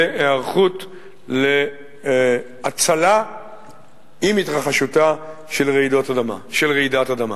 להיערכות להצלה עם התרחשותה של רעידת אדמה.